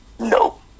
No